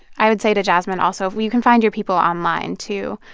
i would say to jasmine, also, you can find your people online too.